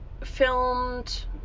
filmed